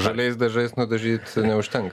žaliais dažais nudažyt neužtenka